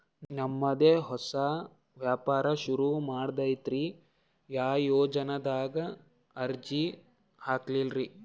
ನಮ್ ದೆ ಹೊಸಾ ವ್ಯಾಪಾರ ಸುರು ಮಾಡದೈತ್ರಿ, ಯಾ ಯೊಜನಾದಾಗ ಅರ್ಜಿ ಹಾಕ್ಲಿ ರಿ?